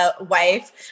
wife